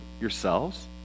yourselves